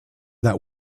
that